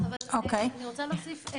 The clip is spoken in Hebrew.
אני רוצה להוסיף.